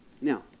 Now